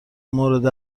مورد